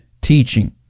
teaching